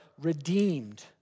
redeemed